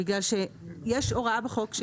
יש הוראה בחוק,